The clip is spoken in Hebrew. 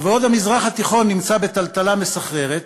ובעוד המזרח התיכון נמצא בטלטלה מסחררת,